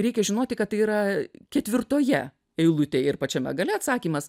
reikia žinoti kad tai yra ketvirtoje eilutėje ir pačiame gale atsakymas